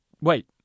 Wait